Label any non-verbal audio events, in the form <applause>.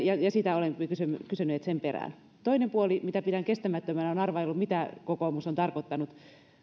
<unintelligible> ja ja sen perään olemme kysyneet toinen puoli mitä pidän kestämättömänä on arvailu siitä mitä kokoomus on tarkoittanut